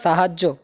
সাহায্য